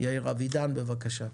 יאיר אבידן בבקשה.